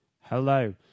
Hello